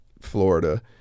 Florida